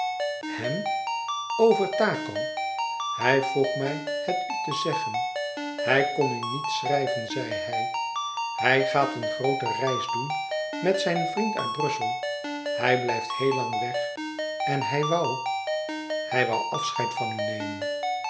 hem over taco hij vroeg mij het u te zeggen hij kon u niet schrijven zei hij hij gaat een groote reis doen met zijn vriend uit brussel hij blijft heel lang weg en hij woû hij woû afscheid van u nemen